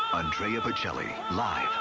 andrea bocelli, live,